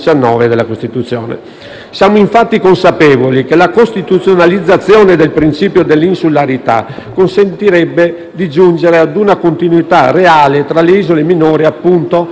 Siamo, infatti, consapevoli che la costituzionalizzazione del principio dell'insularità consentirebbe di giungere a una continuità reale tra le isole minori e il resto dell'Italia.